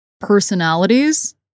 personalities